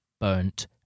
burnt